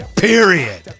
period